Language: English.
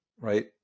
right